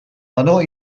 menor